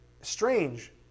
Strange